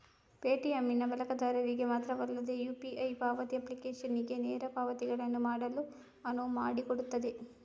Paytm ನ ಬಳಕೆದಾರರಿಗೆ ಮಾತ್ರವಲ್ಲದೆ ಯು.ಪಿ.ಐ ಪಾವತಿ ಅಪ್ಲಿಕೇಶನಿಗೆ ನೇರ ಪಾವತಿಗಳನ್ನು ಮಾಡಲು ಅನುವು ಮಾಡಿಕೊಡುತ್ತದೆ